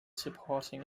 supporting